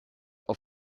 auf